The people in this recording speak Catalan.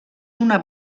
una